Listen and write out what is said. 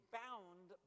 bound